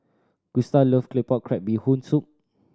Gustav love Claypot Crab Bee Hoon Soup